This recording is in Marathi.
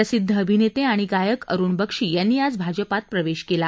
प्रसिद्ध अभिनेते आणि गायक अरुण बक्षी यांनी आज भाजपात प्रवेश केला